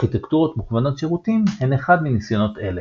ארכיטקטורות מוכוונות שירותים הן אחד מניסיונות אלה.